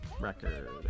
record